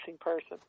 person